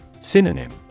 Synonym